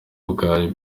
ubwabyo